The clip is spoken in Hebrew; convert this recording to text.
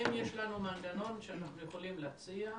האם יש לנו מנגנון שאנחנו יכולים להציע ולהגיד: